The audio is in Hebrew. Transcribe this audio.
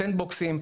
סנדבוקסים,